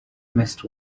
mist